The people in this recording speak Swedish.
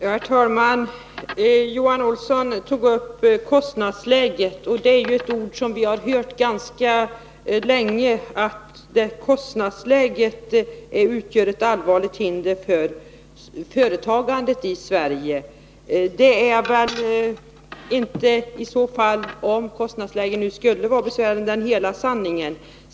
Herr talman! Johan Olsson talade om kostnadsläget. Under ganska lång tid har vi fått höra att kostnadsläget utgör ett allvarligt hinder för företagandet i Sverige. Om nu kostnadsläget skulle vara besvärligt, så är väl inte det hela sanningen.